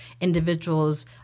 individuals